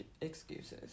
excuses